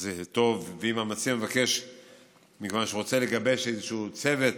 זה טוב, ואם, מכיוון שהמציע רוצה לגבש איזשהו צוות